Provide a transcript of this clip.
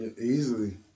Easily